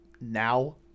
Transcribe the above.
now